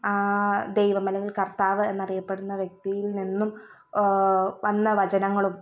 ദൈവം അല്ലെങ്കിൽ കർത്താവ് എന്നറിയപ്പെടുന്ന വ്യക്തിയിൽ നിന്നും വന്ന വചനങ്ങളും